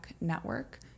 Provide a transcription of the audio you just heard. network